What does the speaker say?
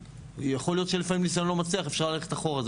יכול להיות שלפעמים ניסיון לא מצליח אפשר ללכת אחורה,